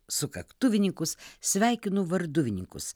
sukaktuvininkus sveikinu varduvininkus